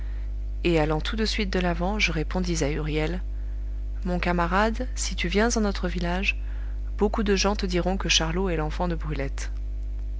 et allant tout de suite de l'avant je répondis à huriel mon camarade si tu viens en notre village beaucoup de gens te diront que charlot est l'enfant de brulette